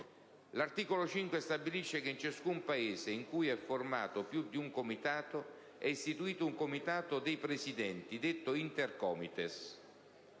L'articolo 5 stabilisce che in ciascun Paese in cui è formato più di un Comitato è istituito un Comitato dei Presidenti, detto Intercomites.